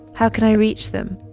how can i reach them?